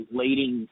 leading